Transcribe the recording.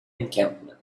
encampment